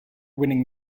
winning